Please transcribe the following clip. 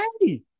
Hey